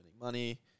money